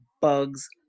bug's